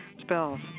spells